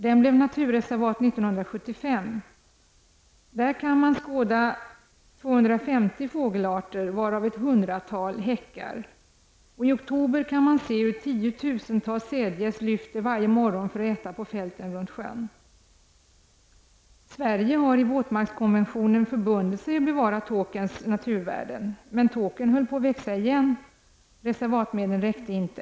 Den blev naturreservat 1975. Där kan man beskåda 250 fågelarter, varav hundratal häckar. I oktober kan man se hur tiotusentals Sädgäss lyfter varje morgon för att äta på fälten runt sjön. Sverige har genom våtmarkskonventionen förbundit sig att bevara Tåkerns naturvärden. Men Tåkern höll på att växa igen. Reservatsmedlen räckte inte.